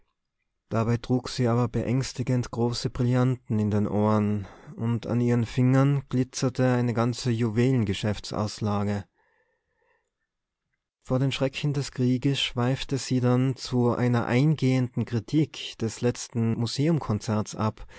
dabei trug sie aber beängstigend große brillanten in den ohren und an ihren fingern glitzerte eine ganze juwelengeschäftsauslage von den schrecken des krieges schweifte sie dann zu einer eingehenden kritik des letzten museumkonzerts ab